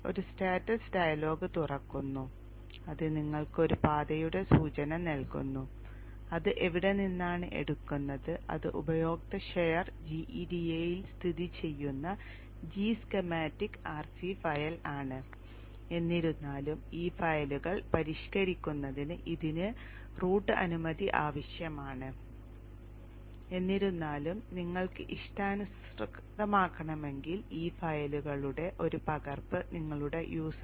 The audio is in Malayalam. ഒരു സ്റ്റാറ്റസ് ഡയലോഗ് തുറക്കുന്നു അത് നിങ്ങൾക്ക് ഒരു പാതയുടെ സൂചന നൽകുന്നു അത് എവിടെ നിന്നാണ് എടുക്കുന്നത് അത് ഉപയോക്തൃ ഷെയർ gEDA യിൽ സ്ഥിതി ചെയ്യുന്ന g schematic r c file ആണ് എന്നിരുന്നാലും ഈ ഫയലുകൾ പരിഷ്കരിക്കുന്നതിന് ഇതിന് റൂട്ട് അനുമതി ആവശ്യമാണ് എന്നിരുന്നാലും നിങ്ങൾക്ക് ഇഷ്ടാനുസൃതമാക്കണമെങ്കിൽ ഈ ഫയലുകളുടെ ഒരു പകർപ്പ് നിങ്ങളുടെ user